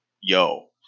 yo